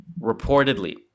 Reportedly